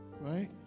right